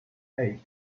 eight